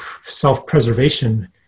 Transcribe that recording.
self-preservation